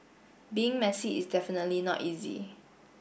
being messy is definitely not easy